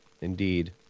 Indeed